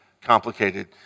complicated